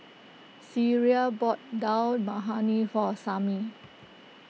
Sierra bought Dal Makhani for Samie